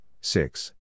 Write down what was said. six